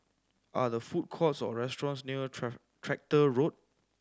are the food courts or restaurants near Tractor Road